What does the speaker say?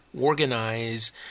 organize